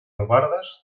albardes